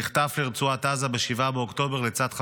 נחטף לרצועת עזה ב-7 באוקטובר לצד חבריו.